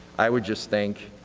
i would just think